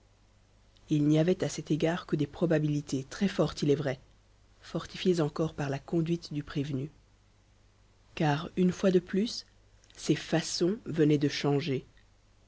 il n'y avait à cet égard que des probabilités très fortes il est vrai fortifiées encore par la conduite du prévenu car une fois de plus ses façons venaient de changer